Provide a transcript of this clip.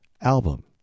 album